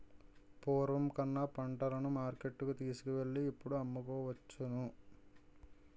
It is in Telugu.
పూర్వం కన్నా పంటలను మార్కెట్టుకు తీసుకువెళ్ళి ఇప్పుడు అమ్ముకోవచ్చును